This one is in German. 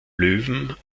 löwen